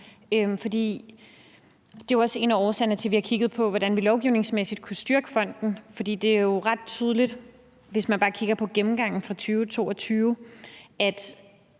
Det er jo også en af årsagerne til, at vi har kigget på, hvordan vi lovgivningsmæssigt kunne styrke fonden. For det er jo ret tydeligt, hvis man bare kigger på gennemgangen for 2022,